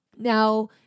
Now